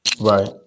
Right